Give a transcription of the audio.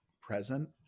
present